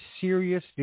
serious